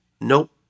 nope